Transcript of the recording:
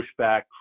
pushback